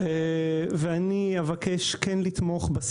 אבקש לתמוך,